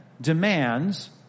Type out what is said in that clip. demands